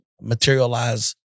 materialize